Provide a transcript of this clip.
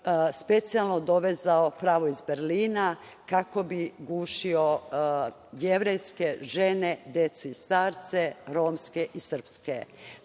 specijalno dovezao pravo iz Berlina kako bi gušio jevrejske žene decu i starce, romske i srpske. Takođe,